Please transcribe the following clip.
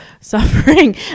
suffering